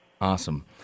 Awesome